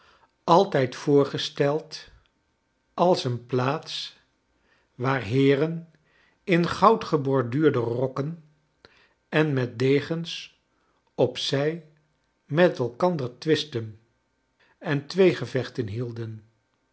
altijd voorgesteld als een plaats waar heeren in goudgeborduurde rokken en met degens op zij met elkander twistten en tweegevechten hielden